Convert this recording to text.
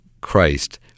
Christ